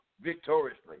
victoriously